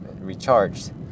recharged